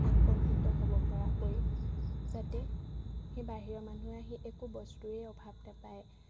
আকৰ্ষিত হ'বপৰাকৈ যাতে সেই বাহিৰৰ মানুহে আহি একো বস্তুৱেই অভাৱ নেপায়